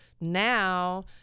now